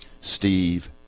Steve